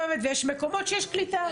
ויש מקומות שיש בהם קליטה.